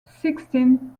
sixteen